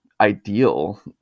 ideal